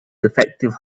defective